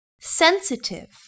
Sensitive